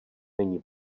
není